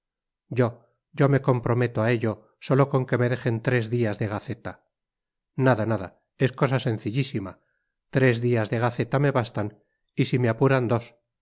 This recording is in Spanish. yo yo me comprometo a ello sólo con que me dejen tres días de gaceta nada nada es cosa sencillísima tres días de gaceta me bastan y si me apuran dos